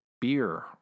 beer